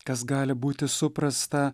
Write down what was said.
kas gali būti suprasta